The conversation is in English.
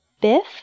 Biff